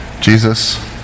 Jesus